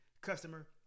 customer